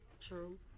True